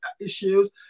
issues